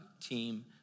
team